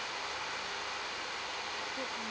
mmhmm